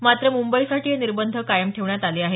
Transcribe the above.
मात्र मुंबईसाठी हे निर्बंध कायम ठेवण्यात आले आहेत